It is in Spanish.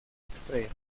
estrella